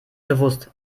bewusst